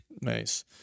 Nice